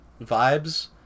vibes